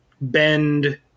bend